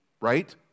right